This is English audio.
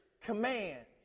commands